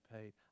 paid